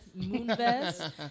Moonves